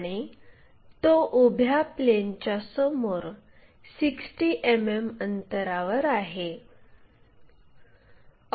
आणि तो उभ्या प्लेनच्या समोर 60 मिमी अंतरावर आहे